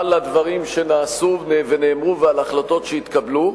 על הדברים שנעשו ונאמרו ועל החלטות שהתקבלו.